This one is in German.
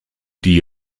die